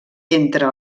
entre